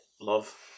love